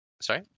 Sorry